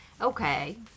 Okay